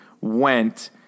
went